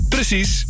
Precies